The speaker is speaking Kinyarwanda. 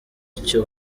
icyo